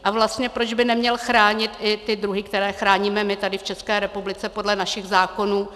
A vlastně proč by neměl chránit i ty druhy, které chráníme i my tady v České republice podle našich zákonů?